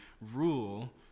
rule